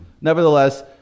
Nevertheless